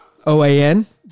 OAN